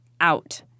out